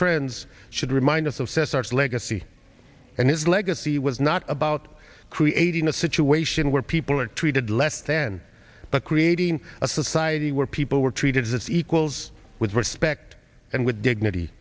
trends should remind us of says such legacy and his legacy was not about creating a situation where people are treated less than but creating a society where people were treated as equals with respect and with dignity